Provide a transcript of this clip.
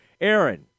Aaron